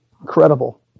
Incredible